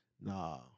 Nah